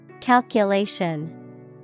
Calculation